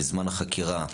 בזמן החקירה.